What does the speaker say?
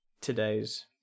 today's